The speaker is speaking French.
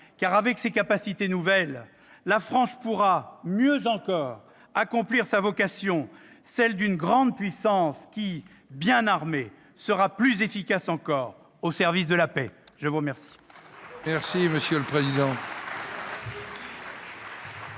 Avec ces capacités nouvelles, la France pourra, mieux encore, accomplir sa vocation, celle d'une grande puissance qui, bien armée, sera plus efficace encore au service de la paix. La parole